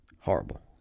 Horrible